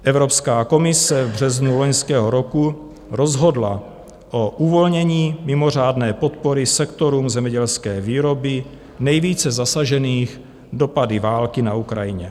Evropská komise v březnu loňského roku rozhodla o uvolnění mimořádné podpory sektorům zemědělské výroby nejvíce zasažených dopady války na Ukrajině.